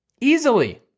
easily